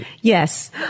Yes